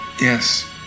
Yes